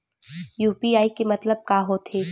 UPI के मतलब का होथे?